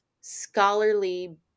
scholarly